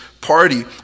party